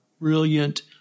brilliant